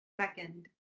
second